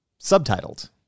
subtitled